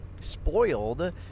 spoiled